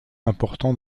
important